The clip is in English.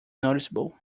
noticeable